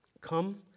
Come